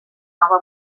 nova